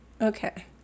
okay